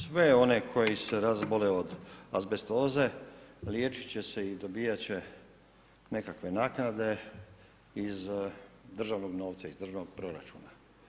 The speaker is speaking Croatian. Sve one koji se razbole od azbestoze, liječit će se i dobijat će nekakve naknade iz državnog novca iz državnog proračuna.